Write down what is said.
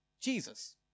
Jesus